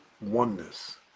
oneness